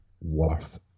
worth